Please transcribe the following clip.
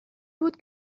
بود